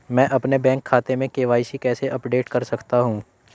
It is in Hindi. मैं अपने बैंक खाते में के.वाई.सी कैसे अपडेट कर सकता हूँ?